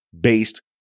based